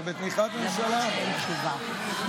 בבקשה.